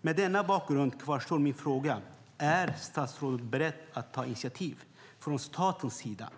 Med denna bakgrund kvarstår min fråga: Är statsrådet beredd att ta initiativ från statens sida